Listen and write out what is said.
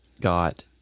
got